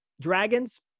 dragons